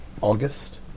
August